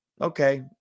okay